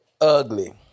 Ugly